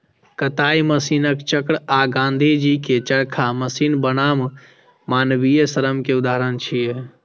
कताइ मशीनक चक्र आ गांधीजी के चरखा मशीन बनाम मानवीय श्रम के उदाहरण छियै